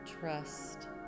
trust